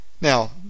Now